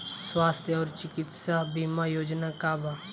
स्वस्थ और चिकित्सा बीमा योजना का बा?